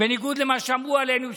בניגוד למה שאמרו עלינו,